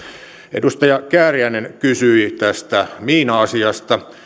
edustaja kääriäinen kysyi tästä miina asiasta